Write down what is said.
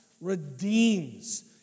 redeems